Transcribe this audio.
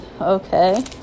Okay